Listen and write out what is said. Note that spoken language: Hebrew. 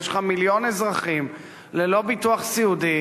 יש לך מיליון אזרחים ללא ביטוח סיעודי,